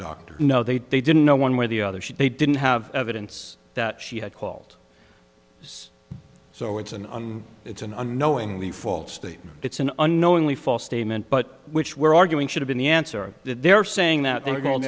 doctor no they didn't know one way or the other should they didn't have evidence that she had called so it's an it's an unknowingly false statement it's an annoyingly false statement but which we're arguing should've been the answer that they are saying that they're go